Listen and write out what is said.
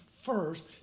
first